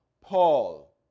Paul